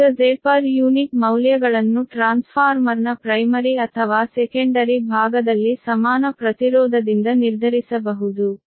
ಈಗ Z per unit ಮೌಲ್ಯಗಳನ್ನು ಟ್ರಾನ್ಸ್ಫಾರ್ಮರ್ನ ಪ್ರೈಮರಿ ಅಥವಾ ಸೆಕೆಂಡರಿ ಭಾಗದಲ್ಲಿ ಸಮಾನ ಪ್ರತಿರೋಧದಿಂದ ನಿರ್ಧರಿಸಬಹುದು